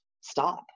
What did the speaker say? stop